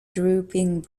drooping